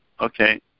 Okay